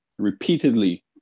repeatedly